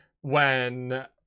when-